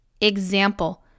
Example